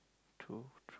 true